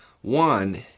One